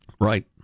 Right